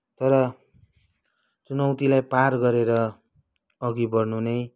तर चुनौतीलाई पार गरेर अघि बढ्नु नै